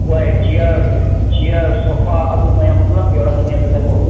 ꯍꯣꯏ chair chair sofa ꯑꯗꯨ ꯃꯌꯥꯝ ꯄꯨꯟꯂꯞ ꯌꯥꯎꯔꯛꯀꯅꯤ ꯑꯗꯨꯗꯀꯣ